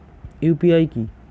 UPI কি?